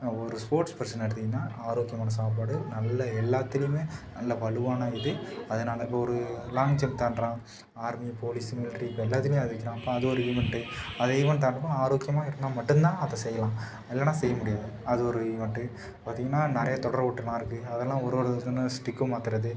ஒரு ஸ்போர்ட்ஸ் பெர்சனை எடுத்தீங்கன்னால் ஆரோக்கியமான சாப்பாடு நல்ல எல்லாத்துலேயுமே நல்ல வலுவான இது அதனால் இப்போ ஒரு லாங்க் ஜம்ப் தாண்டுறான் ஆர்மி போலீஸு மில்ட்ரி இப்போ எல்லாத்தலேயும் அது வைக்கிறான் அப்போ அது ஒரு ஈவென்ட்டு அது ஈவென்ட் தாண்டணும்னால் ஆரோக்கியமாக இருக்கிறவன் மட்டும் தான் அதை செய்யலாம் இல்லைன்னா செய்ய முடியாது அது ஒரு ஈவென்ட்டு அப்புறம் பார்த்தீங்கன்னா நிறைய தொடர் ஓட்டமெல்லாம் இருக்குது அதெல்லாம் ஒரு ஒரு இதுன்னு ஸ்டிக்கு மாற்றுறது